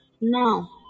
Now